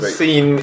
seen